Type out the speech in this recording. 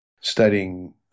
studying